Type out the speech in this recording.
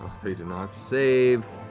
they do not save.